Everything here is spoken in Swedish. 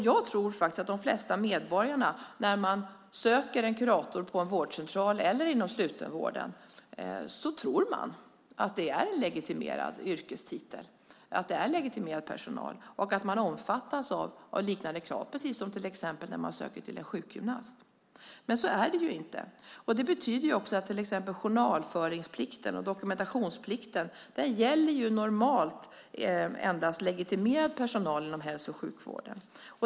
Jag tror faktiskt att de flesta av de medborgare som söker en kurator på en vårdcentral eller inom slutenvården tror att det är en legitimerad yrkestitel och att det är legitimerad personal som omfattades av liknande krav, precis som till exempel när man söker till sjukgymnast. Men så är det inte, och det betyder också att till exempel journalföringsplikten och dokumentationsplikten normalt endast gäller legitimerad personal inom hälso och sjukvården.